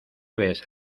ves